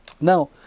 Now